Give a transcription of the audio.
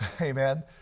Amen